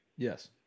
Yes